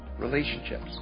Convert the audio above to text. relationships